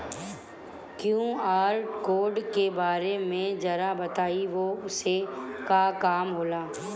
QR code के बारे में जरा बताई वो से का काम होला?